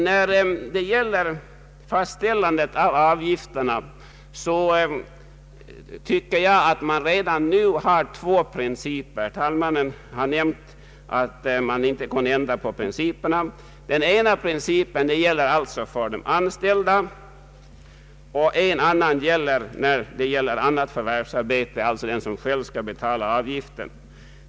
När det gäller fastställandet av avgifterna anser jag att det redan nu finns två principer — herr förste vice talmannen nämnde att det inte gick att ändra på principerna — som tillämpas jämsides. Den ena principen gäller för anställda och den andra principen gäller sådana som har annat förvärvsarbete än anställning och som alltså själva skall betala avgiften.